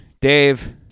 Dave